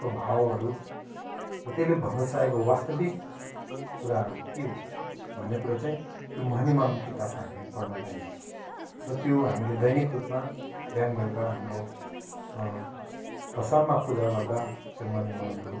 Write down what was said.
त्यसको भावहरू र त्यसले भन्न चाहेको वास्तविक कुराहरू के हो भन्ने कुरा चाहिँ त्यो मनिमहलम किताबमा हामी पढ्न पाइन्छ र त्यो हामीले दैनिक रूपमा बिहान बेलुका हाम्रो छेसममा पुजा गर्दा त्यो मनिमहलमहरू